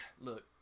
Look